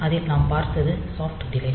அதில் நாம் பார்த்தது சாஃப்ட் டிலே